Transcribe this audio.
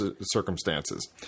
circumstances